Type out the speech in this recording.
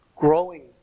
growing